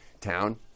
town